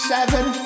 Seven